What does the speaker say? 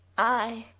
i,